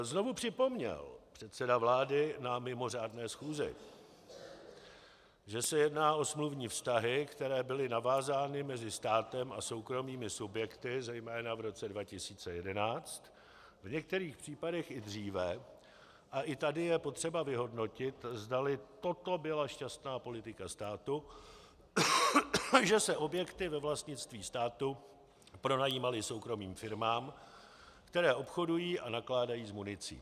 Znovu připomněl předseda vlády na mimořádné schůzi, že se jedná o smluvní vztahy, které byly navázány mezi státem a soukromými subjekty zejména v roce 2011, v některých případech i dříve, a i tady je potřeba vyhodnotit, zdali toto byla šťastná politika státu, že se objekty ve vlastnictví státu pronajímaly soukromým firmám, které obchodují a nakládají s municí.